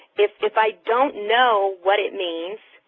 if i don't know what it means,